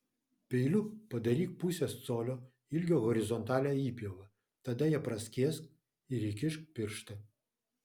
peiliu padaryk pusės colio ilgio horizontalią įpjovą tada ją praskėsk ir įkišk pirštą